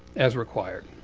as required.